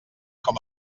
com